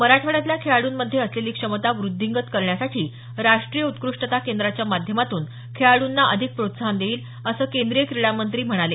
मराठवाड्यातल्या खेळाड्रंमध्ये असलेली क्षमता वुद्धींगत करण्यासाठी राष्ट्रीय उत्कृष्टता केंद्राच्या माध्यमातून खेळाडूंना अधिक प्रोत्साहन देईल असं केंद्रीय क्रीडा मंत्री म्हणाले